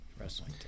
wrestling